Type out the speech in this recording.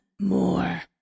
more